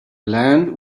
land